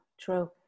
true